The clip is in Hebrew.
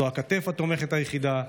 זו הכתף התומכת היחידה,